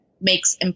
makes